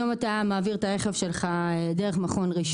היום אתה מעביר את הרכב שלך דרך מכון רישוי